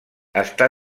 està